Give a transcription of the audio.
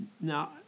Now